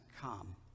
come